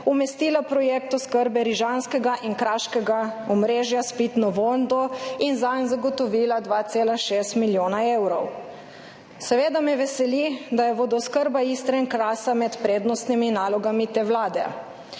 umestila projekt oskrbe rižanskega in kraškega omrežja s pitno vodo in zanj zagotovila 2,6 milijona evrov. Seveda me veseli, da je vodooskrba Istre in Krasa med prednostnimi nalogami te vlade,